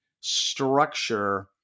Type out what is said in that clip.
structure